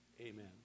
amen